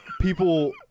people